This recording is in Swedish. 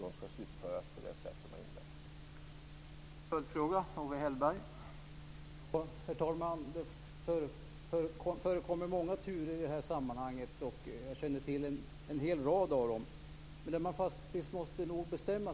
De skall slutföras på samma sätt som de har inletts på.